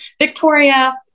Victoria